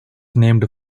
named